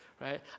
right